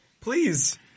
Please